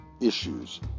issues